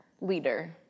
leader